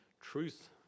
truth